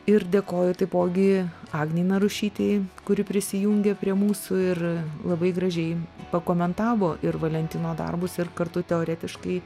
ir dėkoju taipogi agnei narušytei kuri prisijungė prie mūsų ir labai gražiai pakomentavo ir valentino darbus ir kartu teoretiškai